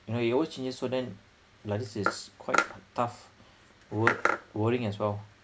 you know it always changes so then like this is quite tough worr~ worrying as well